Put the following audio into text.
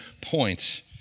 points